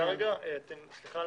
סליחה,